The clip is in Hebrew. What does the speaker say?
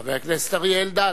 חבר הכנסת אריה אלדד.